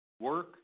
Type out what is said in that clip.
work